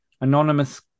anonymous